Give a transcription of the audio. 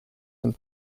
some